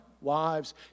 wives